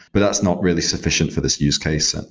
but that's not really sufficient for this use case, and